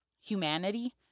humanity